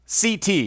CT